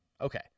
Okay